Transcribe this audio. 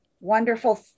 wonderful